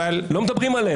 לא מדברים עליהם.